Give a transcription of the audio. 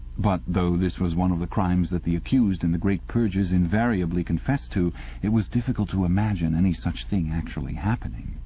but though this was one of the crimes that the accused in the great purges invariably confessed to it was difficult to imagine any such thing actually happening.